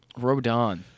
Rodon